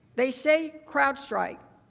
they say crowdstrike.